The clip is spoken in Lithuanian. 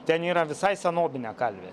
ten yra visai senovinė kalvė